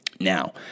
Now